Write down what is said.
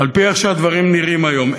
על-פי איך שהדברים נראים היום.